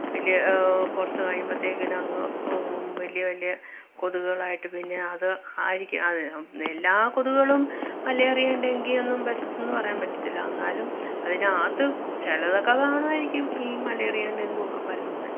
വലിയ കുറച്ച് കഴിയുമ്പത്തേക്കിനും അങ്ങ് വലിയ വലിയ കൊതുകുകളായിട്ട് പിന്നെ അത് ആയിരിക്കും അത് എല്ലാ കൊതുകുകളും മലേറിയയും ഡെങ്കിയും ഒന്നും പരതുന്നതെന്ന് പറയാന് പറ്റത്തില്ല അന്നാലും അതിനകത്ത് ചിലതൊക്കെ കാണുവായിരിക്കും ഈ മലേറിയയും ഡെങ്കിയും ഒക്കെ പരത്തുന്നത്